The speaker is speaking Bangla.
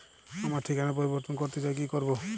আমার ঠিকানা পরিবর্তন করতে চাই কী করব?